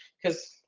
cause